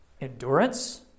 Endurance